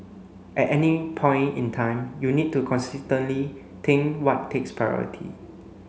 at any point in time you need to constantly think what takes priority